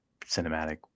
cinematic